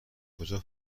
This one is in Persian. کجا